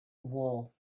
war